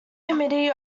committee